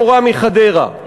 המורה מחדרה.